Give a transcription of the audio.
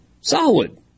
solid